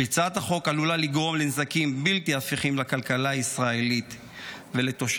פריצת החוק עלולה לגרום נזקים בלתי הפיכים לכלכלה הישראלית ולתושביה.